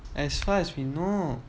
as far as we know